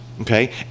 Okay